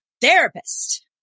therapist